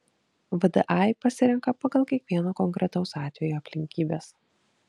vdai pasirenka pagal kiekvieno konkretaus atvejo aplinkybes